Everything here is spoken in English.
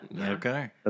Okay